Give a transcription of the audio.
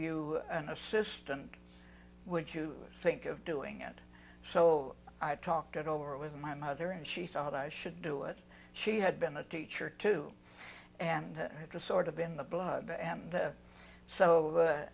you an assistant would you think of doing it so i talked it over with my mother and she thought i should do it she had been a teacher too and it was sort of in the blood and